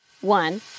one